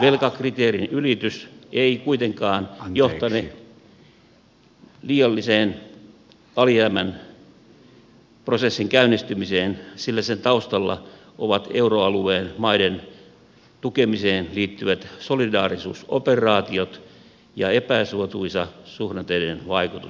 velkakriteerin ylitys ei kuitenkaan johtane liiallisen alijäämän prosessin käynnistämiseen sillä sen taustalla ovat euroalueen maiden tukemiseen liittyvät solidaarisuusoperaatiot ja epäsuotuisten suhdanteiden vaikutus